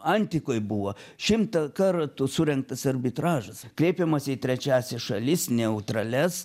antikoj buvo šimtą kartų surengtas arbitražas kreipiamasi į trečiąsias šalis neutralias